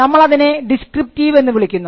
നമ്മൾ അതിനെ ഡിസ്ക്രിപ്റ്റീവ് എന്ന് വിളിക്കുന്നു